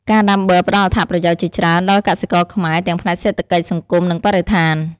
ការដាំបឺរផ្ដល់អត្ថប្រយោជន៍ជាច្រើនដល់កសិករខ្មែរ ទាំងផ្នែកសេដ្ឋកិច្ច សង្គម និងបរិស្ថាន។